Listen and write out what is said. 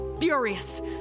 furious